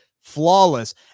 flawless